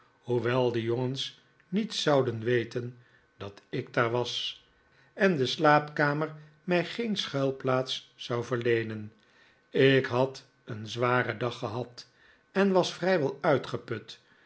hoewel de jongens niet zouden weten dat ik daar was en de slaapkamer mij geen schuilplaats zou verleenen ik had een zwaren dag gehad en was vrijwel uitgeput